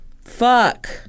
Fuck